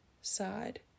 side